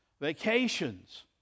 vacations